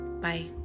Bye